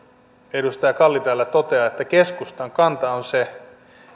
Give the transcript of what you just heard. edustaja kalli täällä toteaa että keskustan kanta on